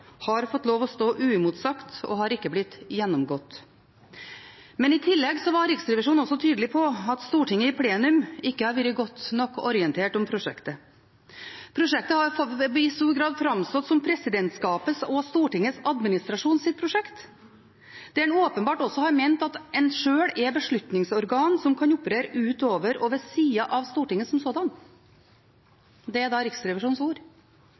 har fått lov å stå uimotsagt og har ikke blitt gjennomgått. I tillegg var Riksrevisjonen også tydelig på at Stortinget i plenum ikke har vært godt nok orientert om prosjektet. Prosjektet har i stor grad framstått som presidentskapets og Stortingets administrasjons prosjekt. En har åpenbart også ment at en sjøl er beslutningsorgan som kan operere utover og ved siden av Stortinget som sådant. Det er